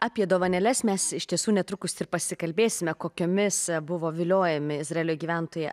apie dovanėles mes iš tiesų netrukus ir pasikalbėsime kokiomis buvo viliojami izraelio gyventojai